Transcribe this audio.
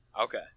okay